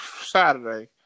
Saturday